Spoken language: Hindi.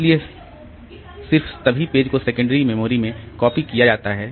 इसलिए सिर्फ तभी पेज को सेकेंडरी मेमोरी में कॉपी किया जाता है